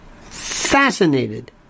fascinated